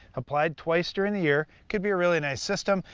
applied twice during the year, could be a really nice system.